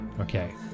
okay